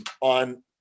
on